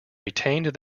retained